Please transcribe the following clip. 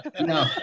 No